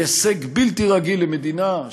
הישג בלתי רגיל למדינה,